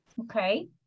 okay